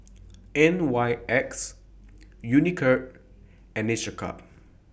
N Y X Unicurd and Each A Cup